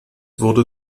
wurde